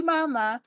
Mama